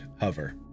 hover